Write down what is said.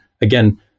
again